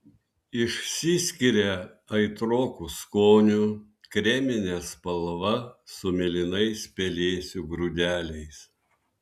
išsiskiria aitroku skoniu kremine spalva su mėlynais pelėsių grūdeliais